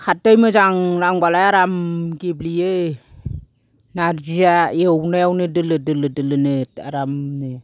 खारदै मोजां नांबालाय आराम गेब्लेयो नार्जिया एवनायावनो दोलो दोलो दोलोनो आरामनो